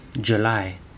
July